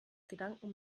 gedanken